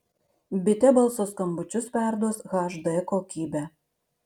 bitė balso skambučius perduos hd kokybe